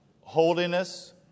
Holiness